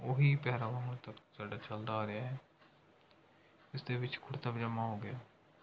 ਉਹ ਹੀ ਪਹਿਰਾਵਾ ਹੁਣ ਤੱਕ ਸਾਡਾ ਚੱਲਦਾ ਆ ਰਿਹਾ ਹੈ ਇਸ ਦੇ ਵਿੱਚ ਕੁੜਤਾ ਪਜਾਮਾ ਹੋ ਗਿਆ